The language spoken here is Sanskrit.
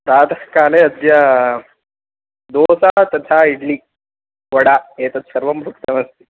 प्रातःकाले अद्य दोसा तथा इड्लि वडा एतत् सर्वं भुक्तमस्ति